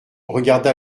regarda